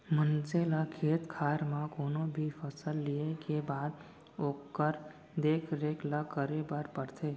मनसे ल खेत खार म कोनो भी फसल लिये के बाद ओकर देख रेख ल करे बर परथे